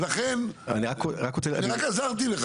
ולכן, רק עזרתי לך.